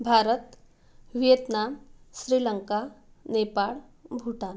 Bharat Vietnam Sri Lanka Nepal Bhutan